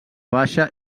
baixa